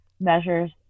measures